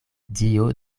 dio